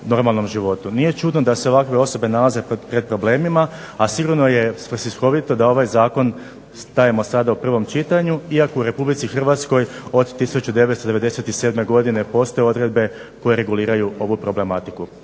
Nije čudno da se ovakve osobe nalaze pred problemima, a sigurno je svrsishodno da ovaj zakon dajemo sada u prvom čitanju iako u RH od 1997. godine postoje odredbe koje reguliraju ovu problematiku.